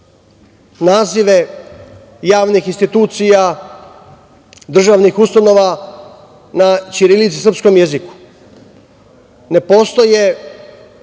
nazive javnih institucija, državnih ustanova na ćirilici i srpskom jeziku. Ne postoje